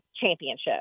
Championship